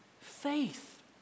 faith